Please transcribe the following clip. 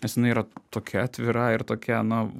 nes jinai yra tokia atvira ir tokia na